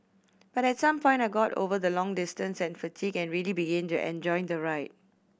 but at some point I got over the long distance and fatigue and really began to enjoy the ride